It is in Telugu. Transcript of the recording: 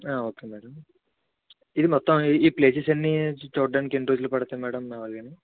ఓకే మ్యాడం ఇది మొత్తం ఈ ప్లేసెస్ అన్ని చూడటానికి ఎన్ని రోజులు పడుతుంది మ్యాడం మాములుగా కానీ